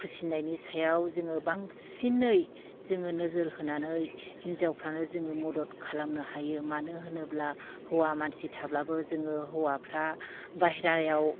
फिसिनायनि सायाव जोङो बांसिनै जोङो नोजोर होनानै हिन्जावफ्रानो जोङो मदद खालामनो हायो मानो होनोब्ला हौवा मानसि थाब्लाबो जोङो हौवाफ्रा बाहेरायाव